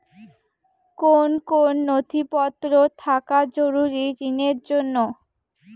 কোন কোন নথিপত্র থাকা জরুরি ঋণের জন্য?